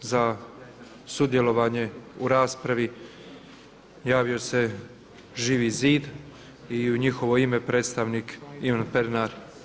Prvi za sudjelovanje u raspravi javio se Živi zid i u njihovo ime predstavnik Ivan Pernar